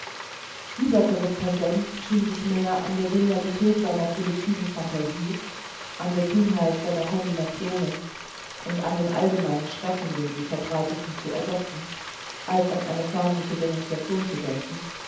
dieser correspondent schien sich mehr an der genialität seiner produktiven phantasie an der kühnheit seiner combinationen und an den allgemeinen schrecken den sie verbreiteten zu ergötzen als an eine förmliche denunciation zu denken